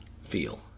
feel